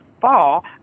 fall